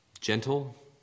gentle